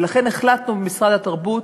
ולכן החלטנו במשרד התרבות